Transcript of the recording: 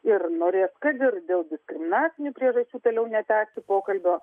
ir norės kad ir dėl diskriminacinių priežasčių toliau netęsti pokalbio